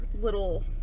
little